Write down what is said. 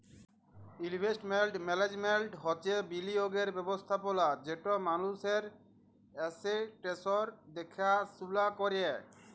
investment management হছে বিলিয়গের ব্যবস্থাপলা যেট মালুসের এসেট্সের দ্যাখাশুলা ক্যরে